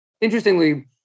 interestingly